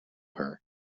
her